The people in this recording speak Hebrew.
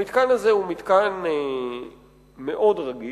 המתקן הזה הוא מתקן מאוד רגיש,